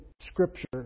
Scripture